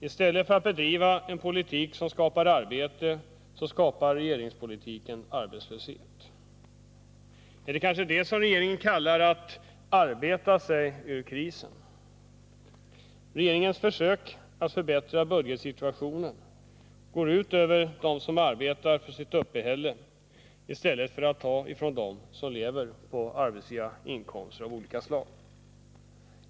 I stället för att skapa arbete skapar regeringspolitiken arbetslöshet. Är det kanske det som regeringen kallar att ”arbeta sig ur krisen”? Regeringens försök att förbättra budgetsituationen går ut över dem som arbetar för sitt uppehälle i stället för att ta ifrån dem som lever på arbetsfria inkomster av olika slag.